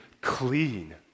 clean